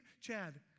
Chad